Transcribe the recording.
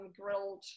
grilled